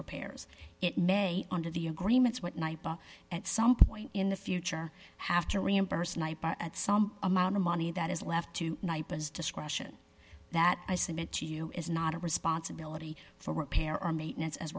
repairs it may under the agreements with night at some point in the future have to reimburse night at some amount of money that is left to as discretion that i submit to you is not a responsibility for repair our maintenance as